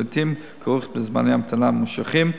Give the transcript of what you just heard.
שלעתים כרוך בזמני המתנה ממושכים,